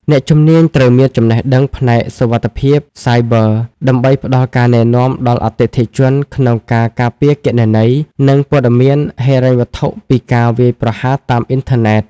អ្នកជំនាញត្រូវមានចំណេះដឹងផ្នែកសុវត្ថិភាពសាយប័រ ដើម្បីផ្ដល់ការណែនាំដល់អតិថិជនក្នុងការការពារគណនី និងព័ត៌មានហិរញ្ញវត្ថុពីការវាយប្រហារតាមអ៊ីនធឺណិត។